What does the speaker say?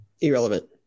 Irrelevant